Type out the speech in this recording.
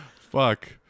Fuck